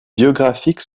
biographiques